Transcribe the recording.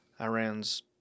Iran's